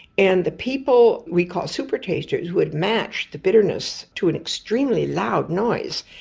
and the people we call super-tasters would match the bitterness to an extremely loud noise,